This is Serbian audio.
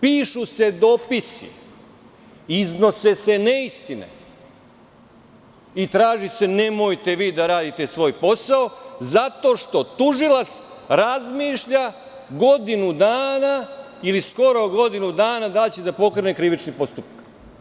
Pišu se dopisi, iznose se neistine i traži se – nemojte vi da radite svoj posao zato što tužilac razmišlja godinu dana ili skoro godinu dana, da li će da pokrene krivični postupak.